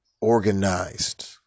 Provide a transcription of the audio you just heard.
organized